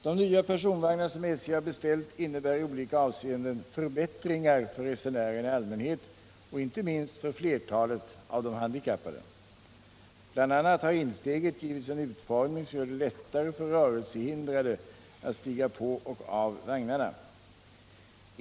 De nya personvagnar som SJ har beställt innebär i olika avseenden förbättringar för resenärerna i allmänhet och inte minst för flertalet av de handikappade. Bl. a. har insteget givits en utformning som gör det lättare för rörelsehindrade att stiga på och av vagnarna.